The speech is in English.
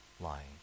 lying